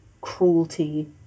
cruelty